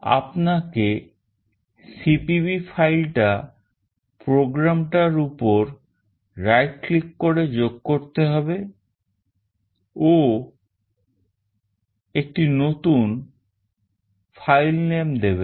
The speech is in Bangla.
আপনাকে cpp file টা প্রোগ্রামটার ওপর right click করে যোগ করতে হবে ও একটি নতুন filename দেবেন